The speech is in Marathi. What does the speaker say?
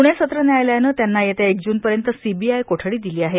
पूणे सत्र व्यायालयानं त्यांना येत्या एक जूनपर्यंत सीबीआय कोठडी दिली आहे